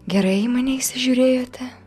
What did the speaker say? gerai į mane įsižiūrėjote